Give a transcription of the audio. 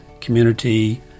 community